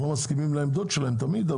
אנחנו לא מסכימים לעמדות שלהם תמיד,